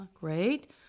Great